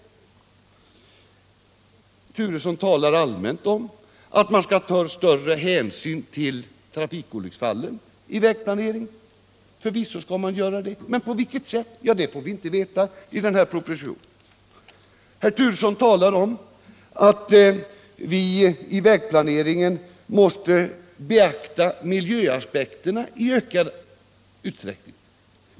Herr Turesson talar allmänt om att man skall ta större hänsyn till trafikolycksfallen i vägplaneringen. Förvisso skall man göra det. Men på vilket sätt? Det får vi inte veta i den här propositionen. Nr 21 Herr Turesson talar om att vi i vägplaneringen i ökad utsträckning måste beakta miljöaspekterna.